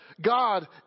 God